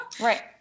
Right